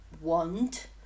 want